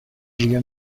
دیگه